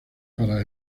para